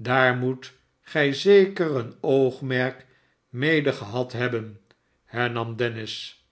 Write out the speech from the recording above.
sdaar moet gij zeker een oogmerk mede gehad hebben hernam dennis